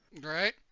Right